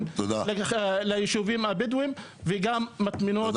ליישובים הבדואיים וגם מטמנות ופתרונות קצה.